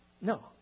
No